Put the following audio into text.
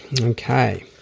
Okay